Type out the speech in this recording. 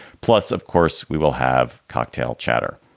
plus, of course, we will have cocktail chatter.